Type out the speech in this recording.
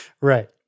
right